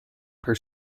per